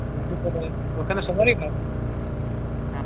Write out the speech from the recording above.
ওখানে সবাই হ্যাঁ